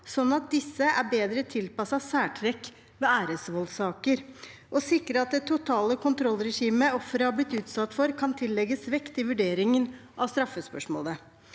slik at disse er bedre tilpasset særtrekk ved æresvoldssaker, og sikre at det totale kontrollregimet offeret har blitt utsatt for, kan tillegges vekt i vurderingen av straffespørsmålet.